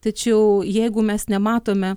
tačiau jeigu mes nematome